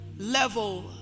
level